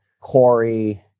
Corey